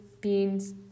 beans